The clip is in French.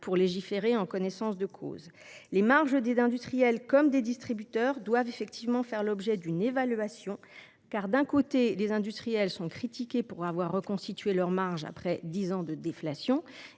de légiférer en toute connaissance de cause. Les marges des industriels comme celles des distributeurs doivent faire l’objet d’une évaluation. D’un côté, les industriels sont critiqués pour avoir reconstitué leurs marges après dix années de déflation.